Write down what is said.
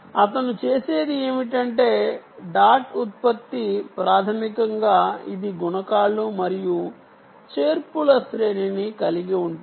అతను చేసేది ఏమిటంటే డాట్ ఉత్పత్తి ప్రాథమికంగా ఇది గుణకాలు మరియు చేర్పుల శ్రేణిని కలిగి ఉంటుంది